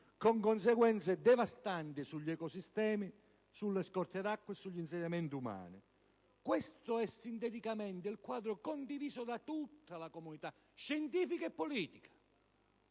con conseguenze devastanti sugli ecosistemi, sulle scorte di acqua e sugli insediamenti umani. Questo è sinteticamente il quadro condiviso da tutta la comunità scientifica e politica.